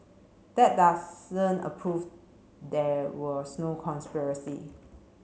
that doesn't approve there was no conspiracy